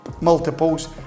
multiples